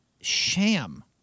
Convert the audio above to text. sham